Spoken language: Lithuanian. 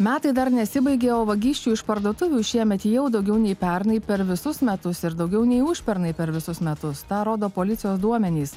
metai dar nesibaigė o vagysčių iš parduotuvių šiemet jau daugiau nei pernai per visus metus ir daugiau nei užpernai per visus metus tą rodo policijos duomenys